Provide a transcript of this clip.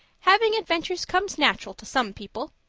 having adventures comes natural to some people,